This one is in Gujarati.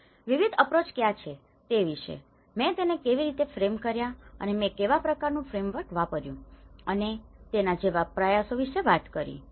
અને વિવિધ અપ્રોચ કયા છે તે વિષે મેં તેને કેવી રીતે ફ્રેમ કર્યા અને મેં કેવા પ્રકારનું ફ્રેમવર્ક વાપર્યું અને તેના જેવા પ્રયાસો વિષે વાત કરી છે